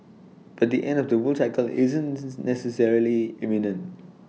but the end of the bull cycle isn't necessarily imminent